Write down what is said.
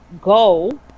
go